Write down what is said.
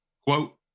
quote